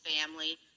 family